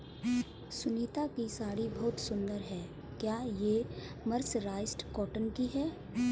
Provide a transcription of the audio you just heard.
सुनीता की साड़ी बहुत सुंदर है, क्या ये मर्सराइज्ड कॉटन की है?